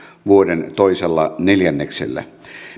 vuoden toisella neljänneksellä